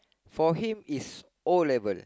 for him is O-level